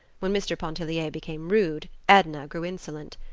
when mr. pontellier became rude, edna grew insolent.